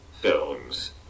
Films